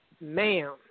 ma'am